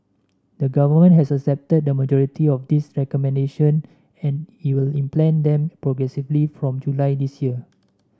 the government has accepted the majority of these recommendation and he will implement them progressively from July this year